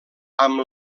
amb